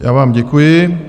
Já vám děkuji.